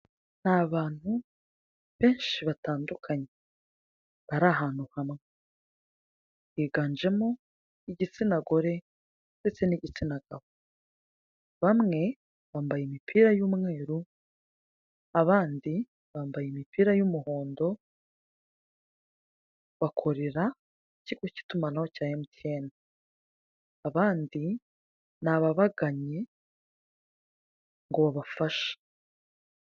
Ni abantu benshi batandukanye bari ahantu hamwe biganjemo igitsina gore ndetse n'igitsina gabo, bamwe bambaye imipira y'umweru abandi bambaye imipira y'umuhondo, bakorera ikigo cy'itumanaho cya emutiyene, abandi ni ababagannye ngo babafashe.